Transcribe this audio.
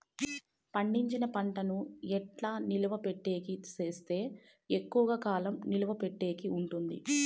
పండించిన పంట ను ఎట్లా నిలువ పెట్టేకి సేస్తే ఎక్కువగా కాలం నిలువ పెట్టేకి ఉంటుంది?